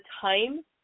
time